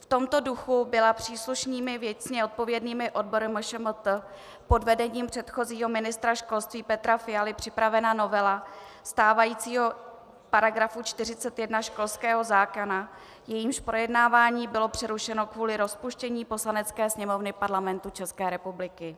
V tomto duchu byla příslušnými věcně odpovědnými odbory MŠMT pod vedením předchozího ministra školství Petra Fialy připravena novela stávajícího § 41 školského zákona, jejíž projednávání bylo přerušeno kvůli rozpuštění Poslanecké sněmovny Parlamentu České republiky.